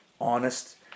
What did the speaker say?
honest